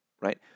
right